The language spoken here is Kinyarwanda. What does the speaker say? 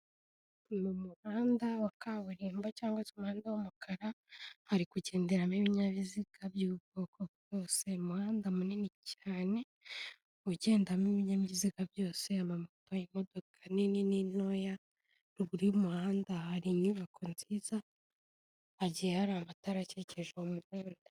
Uyu muhanda wa kaburimbo cg se umuhanda w'umukara hari kugenderamo ibinyabiziga by'ubwoko bwose, umuhanda munini cyane ugendamo ibinyabiziga byose, yaba amamoto, imodoka nini n'intoya, ruguru y'umuhanda hari inyubako nziza, hagiye hari amatara akekeje umuhanda.